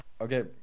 Okay